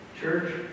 church